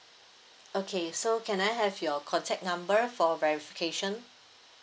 okay so can I have your contact number for verification